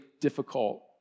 difficult